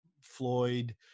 floyd